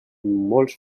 molts